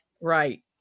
Right